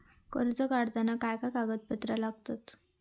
कर्ज काढताना काय काय कागदपत्रा लागतत?